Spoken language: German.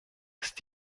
ist